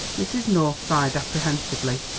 mrs. north sighed apprehensively,